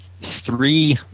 three